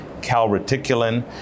calreticulin